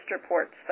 reports